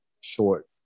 short